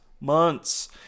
months